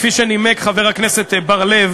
כפי שנימק חבר הכנסת בר-לב